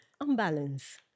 unbalance